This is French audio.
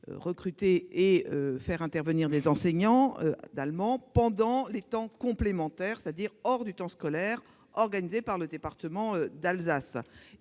recruter et de faire intervenir des enseignants d'allemand pendant les temps complémentaires, c'est-à-dire hors du temps scolaire, organisés par le département. Elle